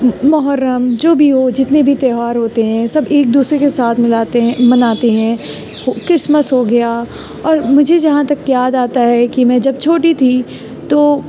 محرم جو بھی ہو جتنے بھی تیوہار ہوتے ہیں سب ایک دوسرے کے ساتھ ملاتے ہیں مناتے ہیں کرسمس ہو گیا اور مجھے جہاں تک یاد آتا ہے کہ میں جب چھوٹی تھی تو